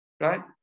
right